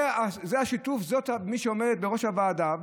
זה השיתוף, זאת מי שעומדת בראש הוועדה.